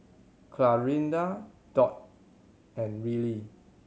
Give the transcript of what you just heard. Clarinda Dot and Rillie